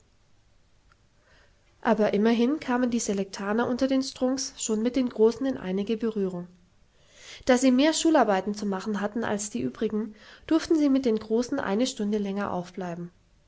aber immerhin kamen die selektaner unter den strunks schon mit den großen in einige berührung da sie mehr schularbeiten zu machen hatten als die übrigen durften sie mit den großen eine stunde länger aufbleiben